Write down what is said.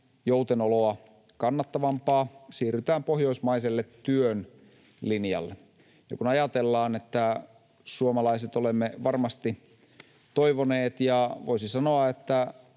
joutenoloa kannattavampaa, siirrytään pohjoismaiselle työn linjalle. Ja kun ajatellaan, että me suomalaiset olemme varmasti toivoneet, ja voisi sanoa, että